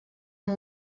amb